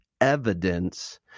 evidence